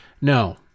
No